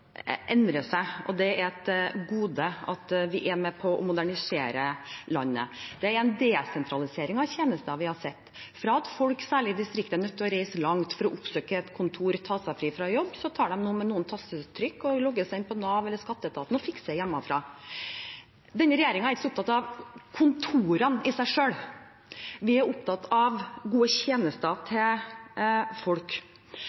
endrer seg, og det er et gode at vi er med på å modernisere landet. Det er en desentralisering av tjenester vi har sett, fra at folk, særlig i distriktet, var nødt til å reise langt for å oppsøke et kontor og ta seg fri fra jobb, til de nå med noen tastetrykk logger seg inn på Nav eller skatteetaten og fikser det hjemmefra. Denne regjeringen er ikke så opptatt av kontorene i seg selv. Vi er opptatt av gode tjenester